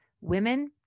women